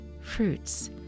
fruits